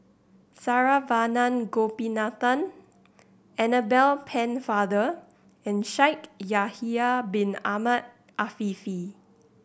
Saravanan Gopinathan Annabel Pennefather and Shaikh Yahya Bin Ahmed Afifi